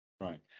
Right